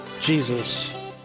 Jesus